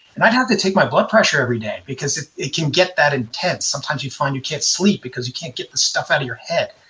and i'd have to take my blood pressure every day because it it can get that intense sometimes you find you can't sleep because you can't get the stuff out of your head.